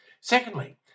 Secondly